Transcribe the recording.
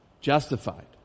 justified